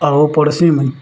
ଆଉ ପଢ଼୍ସି ମୁଇଁ